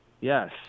yes